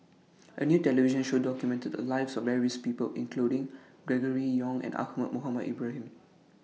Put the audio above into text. A New television Show documented The Lives of various People including Gregory Yong and Ahmad Mohamed Ibrahim